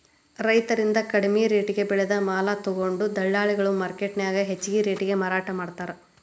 ರೈತರಿಂದ ಕಡಿಮಿ ರೆಟೇಗೆ ಬೆಳೆದ ಮಾಲ ತೊಗೊಂಡು ದಲ್ಲಾಳಿಗಳು ಮಾರ್ಕೆಟ್ನ್ಯಾಗ ಹೆಚ್ಚಿಗಿ ರೇಟಿಗೆ ಮಾರಾಟ ಮಾಡ್ತಾರ